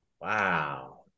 Wow